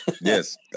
Yes